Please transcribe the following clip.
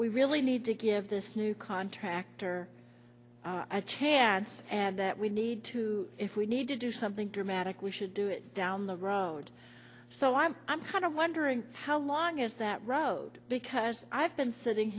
we really need to give this new contractor i chanced and that we need to if we need to do something dramatic we should do it down the road so i'm i'm kind of wondering how long is that road because i've been sitting